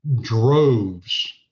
droves